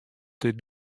dit